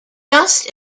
just